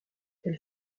elle